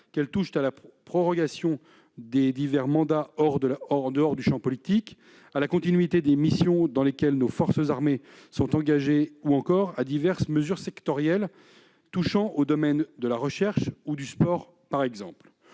qu'elles touchent à la prorogation de divers mandats en dehors du champ politique, à la continuité des missions dans lesquelles nos forces armées sont engagées ou encore à diverses mesures sectorielles touchant, par exemple, aux domaines de la recherche ou du sport. Ce